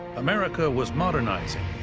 america was modernizing.